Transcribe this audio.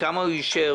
כמה הוא אישר,